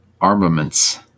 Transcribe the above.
armaments